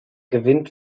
gewinnt